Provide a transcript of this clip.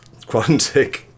Quantic